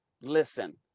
listen